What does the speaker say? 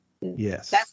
yes